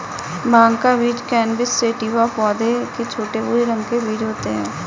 भाँग का बीज कैनबिस सैटिवा पौधे के छोटे, भूरे रंग के बीज होते है